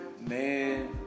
Man